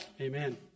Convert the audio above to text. Amen